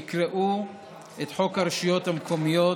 יקראו את חוק הרשויות המקומיות,